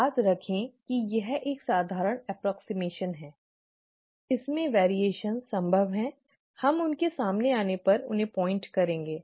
याद रखें कि यह एक साधारण सन्निकटन है इसमें भिन्नताएँ संभव हैं हम उनके सामने आने पर उन्हें इंगित करेंगे